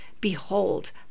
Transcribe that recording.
Behold